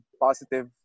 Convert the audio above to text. positive